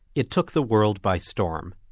it took the world by storm.